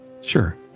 sure